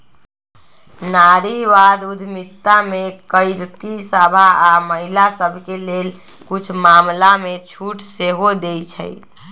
नारीवाद उद्यमिता में लइरकि सभ आऽ महिला सभके लेल कुछ मामलामें छूट सेहो देँइ छै